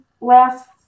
last